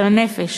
של הנפש.